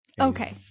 Okay